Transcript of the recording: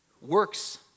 Works